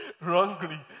wrongly